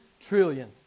trillion